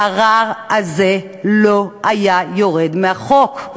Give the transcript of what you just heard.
הערר הזה לא היה יורד מהחוק.